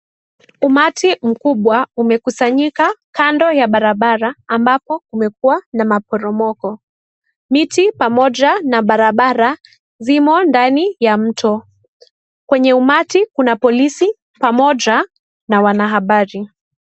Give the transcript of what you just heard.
Umati mkubwa umekusanyika kando ya barabara ambapo kumekuwa na maporomoko. Miti pamoja na barabara zimo ndani ya mto. Kwenye umati kuna polisi pamoja na wanahabari.